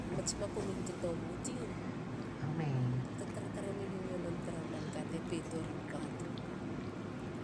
Mats makumin totobu tiom te tartaremi limio non tara manka te peto lariu katun.